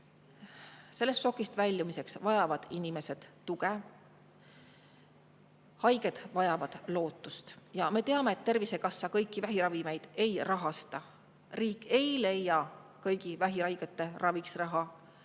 Sellest šokist väljumiseks vajavad inimesed tuge ja haiged vajavad lootust.Me teame, et Tervisekassa kõiki vähiravimeid ei rahasta. Riik ei leia kõigi vähihaigete raviks raha.